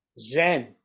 Zen